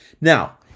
Now